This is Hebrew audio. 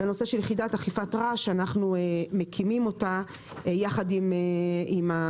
ובנושא של יחידת אכיפת רעש שאנחנו מקימים יחד עם המשטרה,